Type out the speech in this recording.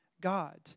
God